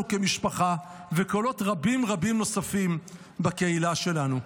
כמשפחה וקולות רבים רבים נוספים בקהילה שלנו.